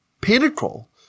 pinnacle